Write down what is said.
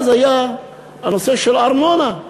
אז היה הנושא של הארנונה.